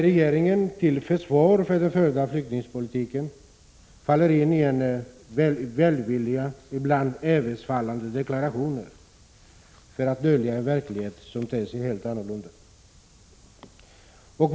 Regeringen försvarar den förda flyktingpolitiken och faller in i välvilja och ibland i översvallande deklarationer, för att dölja en verklighet som ter sig helt annorlunda.